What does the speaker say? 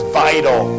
vital